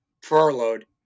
furloughed